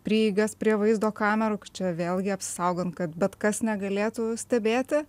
prieigas prie vaizdo kamerų čia vėlgi apsisaugant kad bet kas negalėtų stebėti